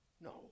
No